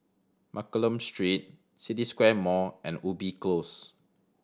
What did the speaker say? Mccallum Street City Square Mall and Ubi Close